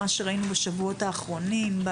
מה שראינו בשבועות האחרונים,